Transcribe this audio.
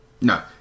No